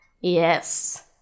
Yes